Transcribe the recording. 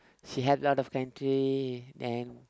she help other country then